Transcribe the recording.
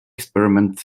experiment